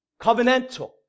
Covenantal